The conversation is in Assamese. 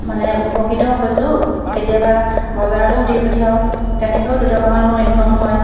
মানে উপকৃতও হৈছোঁ কেতিয়াবা বজাৰলৈও দি পঠিয়াওঁ তেনেকেও দুটকামান মোৰ ইনকম হয়